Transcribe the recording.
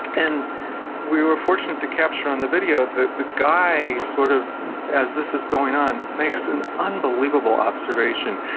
and we were fortunate to capture on the video the the guy, sort of as this is going on, makes an unbelievable observation.